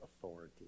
authority